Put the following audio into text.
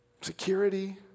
Security